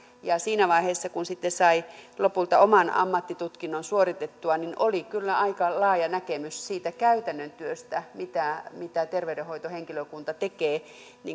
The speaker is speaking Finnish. ja siinä vaiheessa kun sitten sai lopulta oman ammattitutkinnon suoritettua oli kyllä aika laaja näkemys siitä käytännön työstä mitä mitä terveydenhoitohenkilökunta tekee